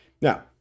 Now